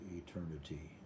eternity